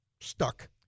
stuck